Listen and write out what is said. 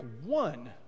one